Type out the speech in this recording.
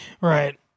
Right